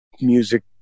music